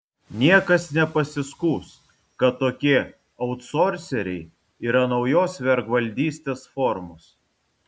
niekas nepasiskųs kad tokie autsorseriai yra naujos vergvaldystės formos